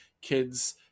kids